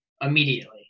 immediately